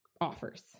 offers